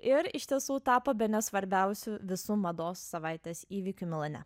ir iš tiesų tapo bene svarbiausiu visų mados savaitės įvykiu milane